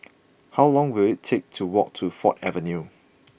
how long will it take to walk to Ford Avenue